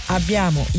Abbiamo